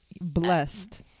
blessed